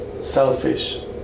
selfish